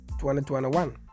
2021